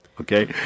Okay